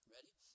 Ready